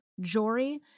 Jory